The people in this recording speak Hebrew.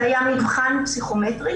זה היה מבחן פסיכומטרי,